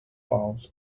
files